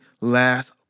last